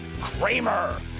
Kramer